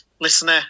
Listener